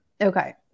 Okay